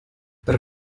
per